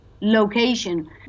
location